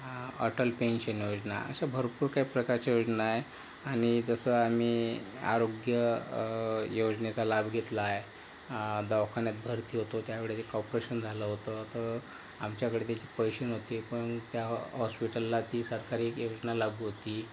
Atal pension योजना अशा भरपूर काही प्रकारच्या योजना आहेत आणि तसं आम्ही आरोग्य योजनेचा लाभ घेतला आहे दवाखान्यात भरती होतो त्यावेळी एक ऑपरेशन झालं होतं तर आमच्याकडे तसे पैसे नव्हते पण त्या हॉस्पिटलला ती सरकारी एक योजना लागू होती